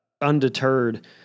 undeterred